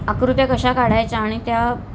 आकृत्या कशा काढायचा आणि त्या